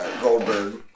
Goldberg